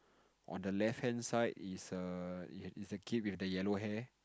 on the left hand side is a is a yellow kid with a yellow hair